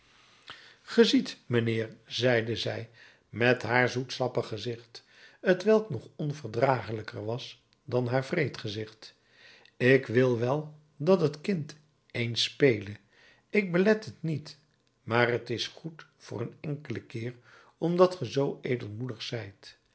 mijnheer zeide zij met haar zoetsappig gezicht t welk nog onverdragelijker was dan haar wreed gezicht ik wil wel dat het kind eens spele ik belet het niet maar t is goed voor een enkelen keer omdat ge zoo edelmoedig zijt